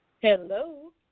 Hello